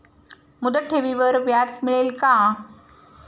मुदत ठेवीवर व्याज मिळेल का?